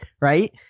Right